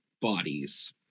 bodies